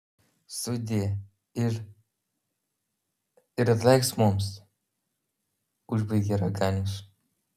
sudie ir ir atleisk mums užbaigė raganius